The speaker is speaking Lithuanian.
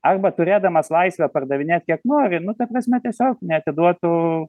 arba turėdamas laisvę pardavinėt kiek nori nu ta prasme tiesiog neatiduotų